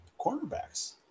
cornerbacks